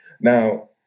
Now